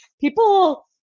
people